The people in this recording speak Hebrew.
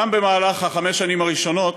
גם במהלך חמש השנים הראשונות